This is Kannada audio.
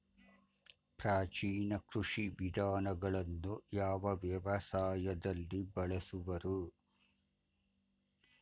ಪ್ರಾಚೀನ ಕೃಷಿ ವಿಧಾನಗಳನ್ನು ಯಾವ ವ್ಯವಸಾಯದಲ್ಲಿ ಬಳಸುವರು?